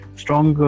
strong